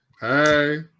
Hey